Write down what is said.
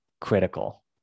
critical